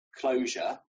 closure